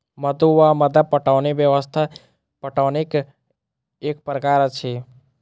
मद्दु वा मद्दा पटौनी व्यवस्था पटौनीक एक प्रकार अछि